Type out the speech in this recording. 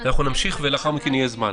נמשיך, ולאחר מכן יהיה זמן.